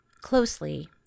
closely